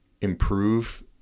improve